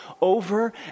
over